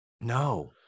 no